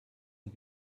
und